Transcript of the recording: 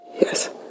yes